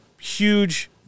huge